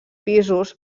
pisos